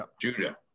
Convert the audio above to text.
Judah